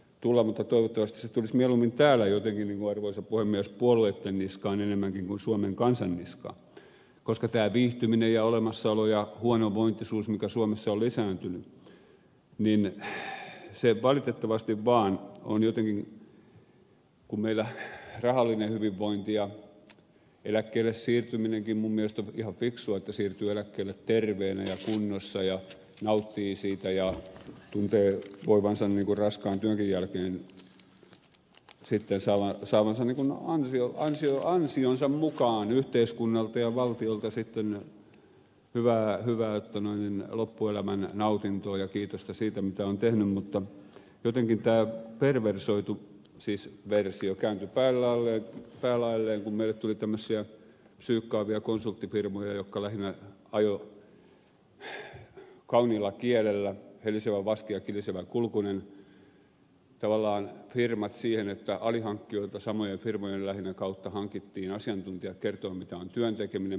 mutta toivottavasti se tulisi mieluummin täällä jotenkin niin kuin arvoisa puhemies puolueitten niskaan enemmänkin kuin suomen kansan niskaan koska tämä viihtyminen ja olemassaolo ja huonovointisuus mikä suomessa on lisääntynyt niin se valitettavasti vaan on jotenkin kun meillä rahallinen hyvinvointi ja eläkkeelle siirtyminenkin minun mielestäni on ihan fiksua että siirtyy eläkkeelle terveenä ja kunnossa ja nauttii siitä ja tuntee voivansa niin kuin raskaan työnkin jälkeen sitten saavansa ansionsa mukaan yhteiskunnalta ja valtiolta sitten hyvää loppuelämän nautintoa ja kiitosta siitä mitä on tehnyt tämä perversoitu siis versio kääntynyt päälaelleen kun meille tuli tämmöisiä psyykkaavia konsulttifirmoja jotka lähinnä ajoi kauniilla kielellä helisevä vaski ja kilisevä kulkunen tavallaan firmat siihen että alihankkijoilta lähinnä samojen firmojen kautta hankittiin asiantuntijat kertomaan mitä on työn tekeminen